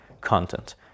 content